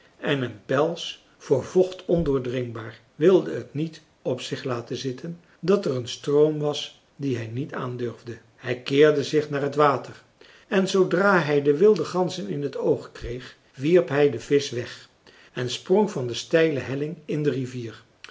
en een pels voor vocht ondoordringbaar wilde t niet op zich laten zitten dat er een stroom was dien hij niet aandurfde hij keerde zich naar het water en zoodra hij de wilde ganzen in het oog kreeg wierp hij den visch weg en sprong van de steile helling in de rivier